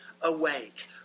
awake